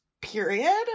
period